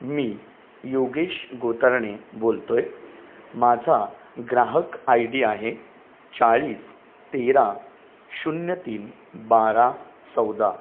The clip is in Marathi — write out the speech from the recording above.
मी योगेश गोतरणे बोलतो आहे माझा ग्राहक आय डी आहे चाळीस तेरा शून्य तीन बारा चौदा